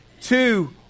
two